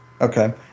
okay